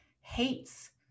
hates